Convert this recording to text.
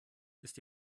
ist